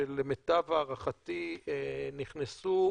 שלמיטב הערכתי נכנסו,